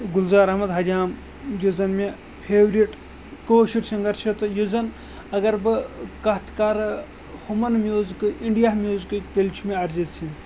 گُلزار اَحمد حجام یُس زَن مےٚ فیورِٹ کٲشُر سِنٛگَر چھُ تہٕ یُس زَن اَگر بہٕ کَتھ کَرٕ ہُمَن میوٗزکہٕ اِنٛڈیا میوٗزکٕکۍ تیٚلہِ چھِ مےٚ اَرجیٖت سِنٛگھ